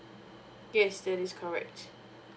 yes that is correct